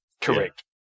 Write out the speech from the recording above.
correct